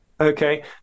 okay